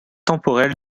temporel